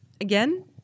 again